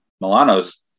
Milano's